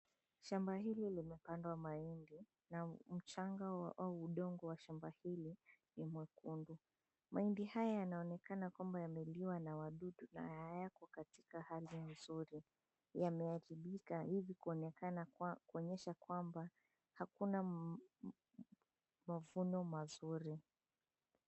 Shamba hili limepandwa mahindi na mchanga wa au udongo wa shamba hili ni mwekundu. Mahindi haya yanaonekana kwamba yameliwa na wadudu na hayako katika hali nzuri. Yameajibika hivi kuonekana kwa kuonyesha kwamba hakuna mavuno mazuri.